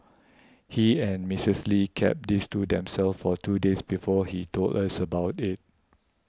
he and Mistress Lee kept this to themselves for two days before he told us about it